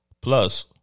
Plus